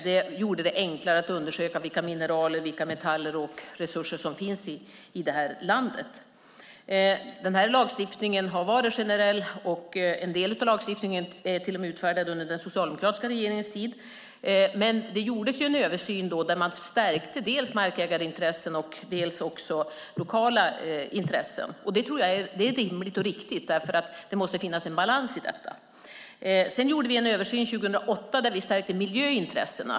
Det gjorde det enklare att undersöka vilka mineraler och resurser som finns i landet. Lagstiftningen har varit generell. En del av lagstiftningen är utfärdad under den socialdemokratiska regeringens tid. Det gjordes en översyn där man stärkte dels markägarintresset, dels lokala intressen. Det är rimligt och riktigt eftersom det måste finnas en balans i det. Vi gjorde en översyn 2008 där vi stärkte miljöintressena.